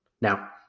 Now